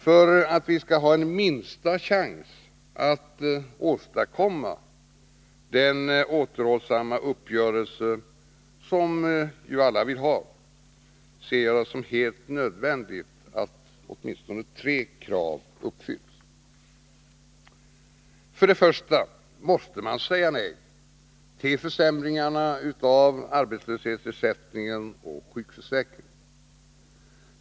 För att vi skall ha minsta chans att åstadkomma den återhållsamma uppgörelse som ju alla vill ha ser jag det som helt nödvändigt att åtminstone tre krav För det första måste man säga nej till försämringarna av arbetslöshetsersättningen och sjukförsäkringen.